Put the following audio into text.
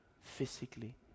physically